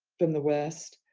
from the west,